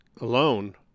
alone